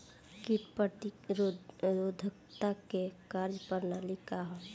कीट प्रतिरोधकता क कार्य प्रणाली का ह?